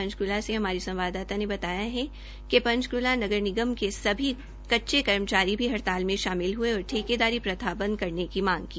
पंचक्ला से हमारी संवाददाता ने बताया कि पंचकुला नगर निगम के सभी कच्चे कर्मचारी भी हड़ताल में शामिल हई और ठेकेदारी प्रथा बंद करने की मांग की